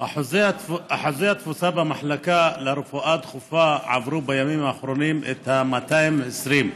אחוזי התפוסה במחלקה לרפואה דחופה עברו בימים האחרונים את ה-220%.